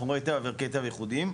חומרי טבע וערכי טבע ייחודיים,